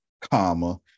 comma